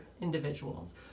individuals